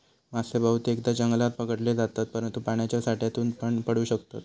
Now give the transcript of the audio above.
मासे बहुतेकदां जंगलात पकडले जातत, परंतु पाण्याच्या साठ्यातूनपण पकडू शकतत